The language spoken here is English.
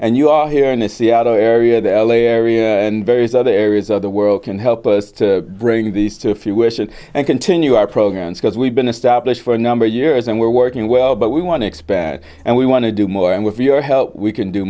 and you are here in the seattle area the l a area and various other areas of the world can help us to bring these to if you wish it and continue our programs because we've been established for a number of years and we're working well but we want to expand and we want to do more and with your help we can do